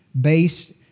based